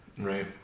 right